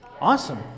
Awesome